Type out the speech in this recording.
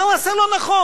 מה הוא עשה לא נכון?